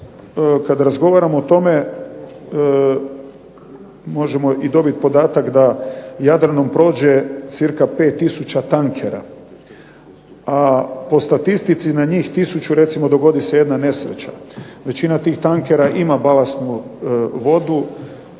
kada razgovaramo o tome možemo i dobiti podatak da Jadranom prođe cca 5 tisuća tankera, a po statistici na njih tisuću recimo dogodi se jedna nesreća. Većina tih tankera ima balastnu vodu